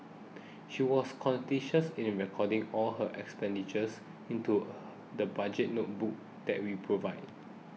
she was conscientious in recording all her expenditures into the budget notebook that we provided